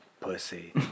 pussy